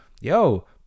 yo